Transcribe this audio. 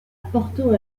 porto